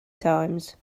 times